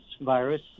virus